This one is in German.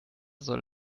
soll